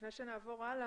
לפני שנעבור הלאה,